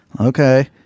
Okay